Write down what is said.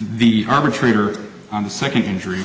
the arbitrator on the second injury